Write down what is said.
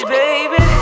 baby